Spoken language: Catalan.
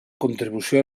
contribució